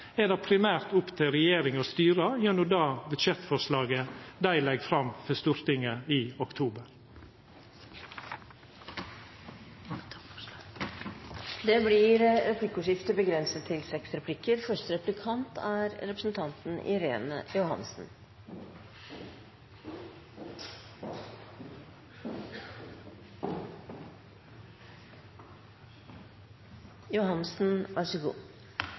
er det primært opp til regjeringa å styra gjennom budsjettforslaget dei legg fram for Stortinget i oktober. Det blir replikkordskifte.